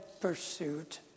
pursuit